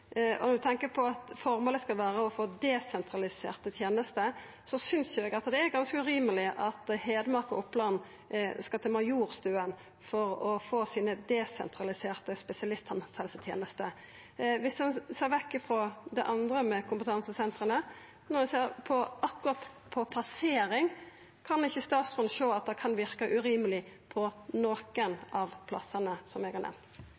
og Oppland skal til Majorstuen for å få sine desentralisere spesialisthelsetenester. Viss ein ser vekk frå det andre som gjeld kompetansesentera, og ser på akkurat plasseringa: Kan ikkje statsråden sjå at det kan verka urimeleg på nokon av plassane eg har nemnt?